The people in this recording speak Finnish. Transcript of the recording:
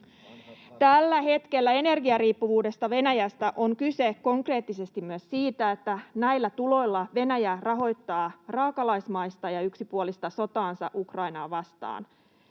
Tällä hetkellä energiariippuvuudessa Venäjästä on kyse konkreettisesti myös siitä, että näillä tuloilla Venäjä rahoittaa raakalaismaista ja yksipuolista sotaansa Ukrainaa vastaan.